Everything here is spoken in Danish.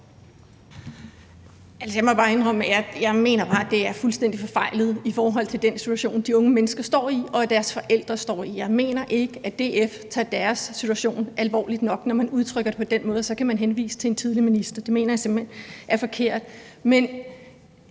Jeg må bare indrømme, at jeg mener, det er fuldstændig forfejlet i forhold til den situation, de unge mennesker står i, og deres forældre står i. Jeg mener ikke, at DF tager deres situation alvorligt nok, når man udtrykker det på den måde, og man så kan henvise til en tidligere minister. Det mener jeg simpelt hen er forkert. Men